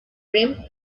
rim